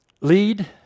Lead